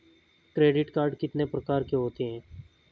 Credit card कितने प्रकार के होते हैं?